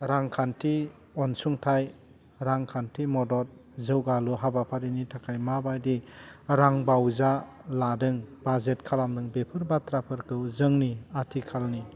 रांखान्थि अनसुंथाइ रांखान्थि मदद जौगालु हाबाफारिनि थाखाय माबायदि रां बावजा लादों बाजेट खालामदों बेफोर बाथ्राफोरखौ जोंनि आथिखालनि